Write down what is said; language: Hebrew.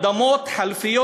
אדמות חלופיות.